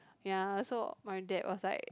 ya also my dad was like